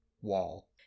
wall